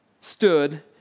stood